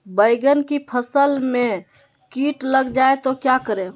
बैंगन की फसल में कीट लग जाए तो क्या करें?